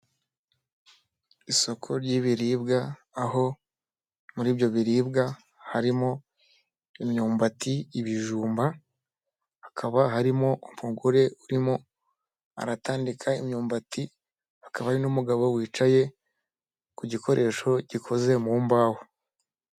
Isoko ry'ibiribwa aho muri ibyo biribwa harimo imyumbati, ibijumba hakaba harimo umugore urimo aratandika imyumbati akaba ari n'umugabo wicaye ku gikoresho gikoze mumbaho.